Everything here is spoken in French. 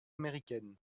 américaine